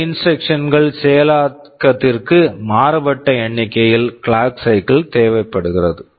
சில instruction instructions கள் செயலாக்கத்திற்கு மாறுபட்ட எண்ணிக்கையில் கிளாக் சைக்கிள் clock cyclesதேவைப்படுகிறது